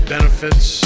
Benefits